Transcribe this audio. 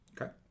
Okay